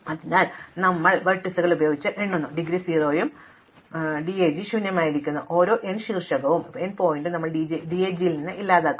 അതിനാൽ നമുക്ക് അത് കണക്കാക്കാനും തുടരാനും കഴിയും അതിനാൽ ഞങ്ങൾ ലംബങ്ങൾ ഉപയോഗിച്ച് എണ്ണുന്നു ഡിഗ്രി 0 ഉം ത്രോഗും DAG ശൂന്യമായിത്തീരുന്നു ഓരോ n ശീർഷകവും ഞങ്ങൾ DAG ൽ നിന്ന് ഇല്ലാതാക്കും